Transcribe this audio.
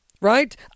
Right